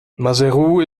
maseru